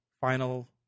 final